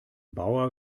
bauer